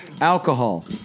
alcohol